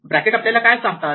bracket आपल्याला काय सांगतात